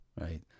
right